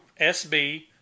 SB